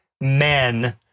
men